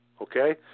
Okay